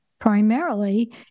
Primarily